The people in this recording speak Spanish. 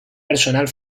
personal